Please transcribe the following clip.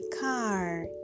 car